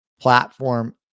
platform